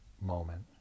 moment